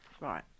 right